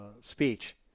speech